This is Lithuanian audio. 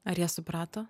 ar jie suprato